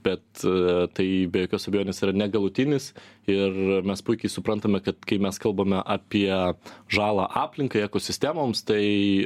bet a tai be jokios abejonės yra negalutinis ir mes puikiai suprantame kad kai mes kalbame apie žalą aplinkai ekosistemoms tai